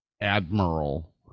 admiral